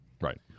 Right